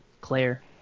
Claire